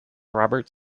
robert